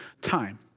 time